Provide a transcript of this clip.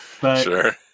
sure